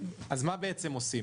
אז מה בעצם עושים?